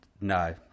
no